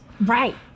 Right